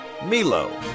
Milo